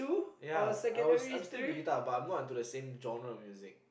ya I was I'm still into guitar but I'm not into the same genre of music